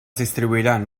distribuiran